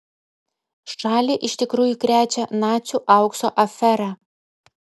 šalį iš tikrųjų krečia nacių aukso afera